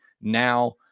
now